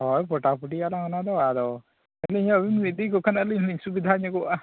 ᱦᱳᱭ ᱯᱚᱴᱟ ᱯᱩᱴᱤᱜ ᱟᱞᱟᱝ ᱚᱱᱟ ᱫᱚ ᱟᱫᱚ ᱟᱹᱞᱤᱧ ᱦᱚᱸ ᱟᱹᱵᱤᱱ ᱵᱤᱱ ᱤᱫᱤ ᱠᱚ ᱠᱷᱟᱱ ᱟᱹᱞᱤᱧ ᱦᱚᱸ ᱞᱤᱧ ᱥᱩᱵᱤᱫᱟ ᱧᱚᱜᱚᱜᱼᱟ